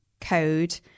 code